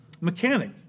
mechanic